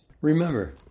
Remember